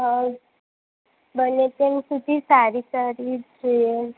હાં બને તેમ સુધી સારી સારી જોઈએ